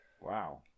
Wow